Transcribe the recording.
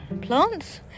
plants